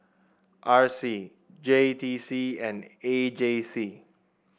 R C J T C and A J C